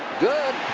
good!